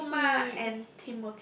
rafiki